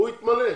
הוא יתמלא.